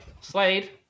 Slade